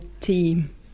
team